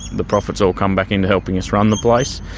the profits all come back in to helping us run the place.